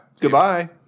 Goodbye